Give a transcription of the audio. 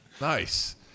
Nice